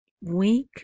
week